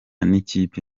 n’ikipe